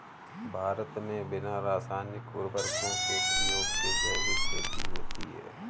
भारत मे बिना रासायनिक उर्वरको के प्रयोग के जैविक खेती होती है